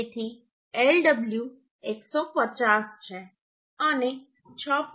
તેથી Lw 150 છે અને 6